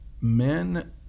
men